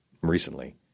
recently